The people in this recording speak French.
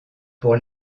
pour